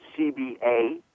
CBA